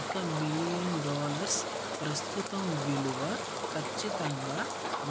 ఒక million dollars ప్రస్తుతం విలువ ఖచ్చితంగా